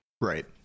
Right